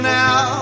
now